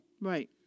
Right